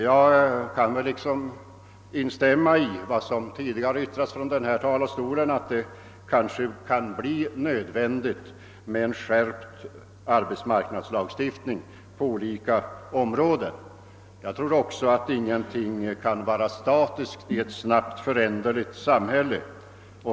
Jag kan instämma i vad som tidigare yttrats från denna talarstol, nämligen att det kan bli nödvändigt med en skärpt arbetsmarknadslagstiftning på olika områden. Jag tror inte att något kan vara statiskt i ett snabbt föränderligt samhälle.